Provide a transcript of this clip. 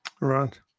Right